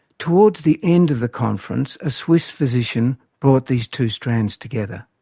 towards the end of the conference a swiss physician brought these two strands together.